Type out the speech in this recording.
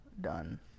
done